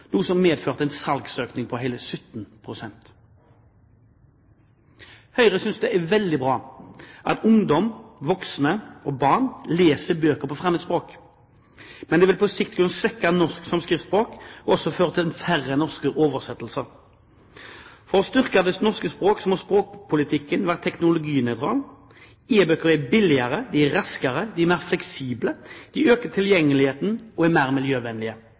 noe som medførte en salgsøkning på hele 17 pst. Høyre synes det er veldig bra at barn, ungdom og voksne leser bøker på fremmedspråk, men det vil på sikt kunne svekke norsk som skriftspråk og også føre til færre norske oversettelser. For å styrke det norske språk må språkpolitikken være teknologinøytral. E-bøker er billigere, raskere, mer fleksible, øker tilgjengeligheten og er mer miljøvennlige,